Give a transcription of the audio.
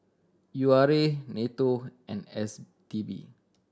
U R A NATO and S T B